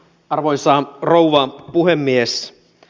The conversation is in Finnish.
arvoisa rouva puhemies